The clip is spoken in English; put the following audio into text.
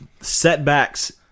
Setbacks